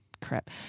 crap